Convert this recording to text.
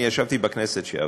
אני ישבתי בכנסת שעברה,